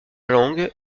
langue